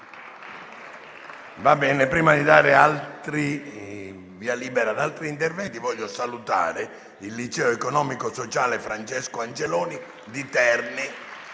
Grazie